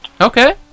Okay